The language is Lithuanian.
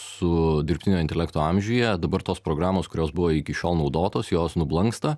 su dirbtinio intelekto amžiuje dabar tos programos kurios buvo iki šiol naudotos jos nublanksta